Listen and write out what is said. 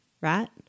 right